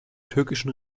türkischen